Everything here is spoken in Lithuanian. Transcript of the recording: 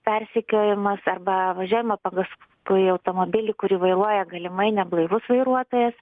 persekiojimas arba važiuojama pagal paskui automobilį kurį vairuoja galimai neblaivus vairuotojas